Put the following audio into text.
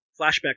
Flashback